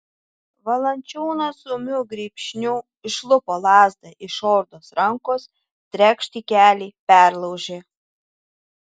valančiūnas ūmiu grybšniu išlupo lazdą iš ordos rankos trekšt į kelį perlaužė